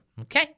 okay